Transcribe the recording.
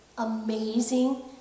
amazing